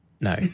No